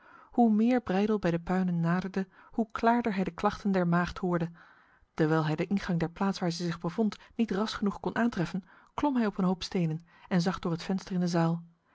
hoe meer breydel bij de puinen naderde hoe klaarder hij de klachten der maagd hoorde dewijl hij de ingang der plaats waar zij zich bevond niet ras genoeg kon aantreffen klom hij op een hoop stenen en zag door het venster in de zaal